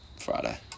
Friday